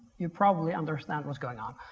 you probably understand what's going on.